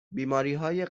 بیماریهای